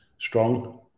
strong